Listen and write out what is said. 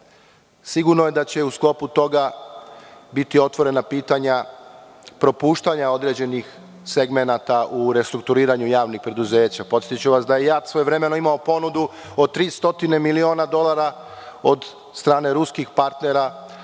oblast. Sigurno je da će u sklopu toga biti otvorena pitanja propuštanja određenih segmenata u restrukturiranju javnih preduzeća. Podsetiću vas da je JAT svojevremeno imao ponudu od 300 miliona dolara od strane ruskih partnera